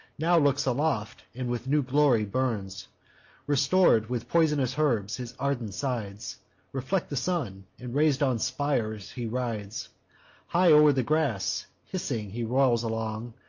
now looks aloft, and with new glory burns restor'd with poisonous herbs, his ardent sides reflect the sun and rais'd on spires he rides high o'er the grass, hissing he rolls along,